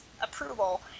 approval